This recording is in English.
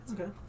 Okay